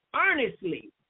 earnestly